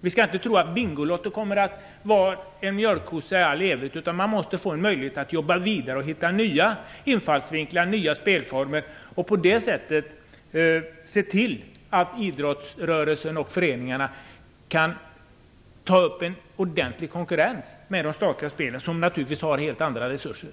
Vi skall inte tro att Bingolotto kommer att vara en mjölkkossa i all evighet. Man måste alltså få möjlighet att jobba vidare och att hitta nya infallsvinklar och nya spelformer för att på det sättet se till att idrottsrörelsen och föreningarna kan ta upp en ordentlig konkurrens med de statliga spelen, vilka naturligtvis har helt andra resurser.